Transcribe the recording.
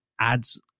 adds